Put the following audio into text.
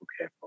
okay